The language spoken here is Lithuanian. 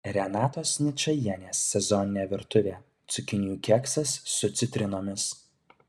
renatos ničajienės sezoninė virtuvė cukinijų keksas su citrinomis